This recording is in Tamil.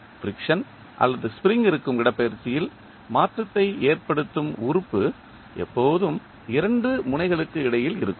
ஃபிரிக்சன் அல்லது ஸ்ப்ரிங் இருக்கும் இடப்பெயர்ச்சியில் மாற்றத்தை ஏற்படுத்தும் உறுப்பு எப்போதும் இரண்டு முனைகளுக்கு இடையில் இருக்கும்